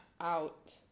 out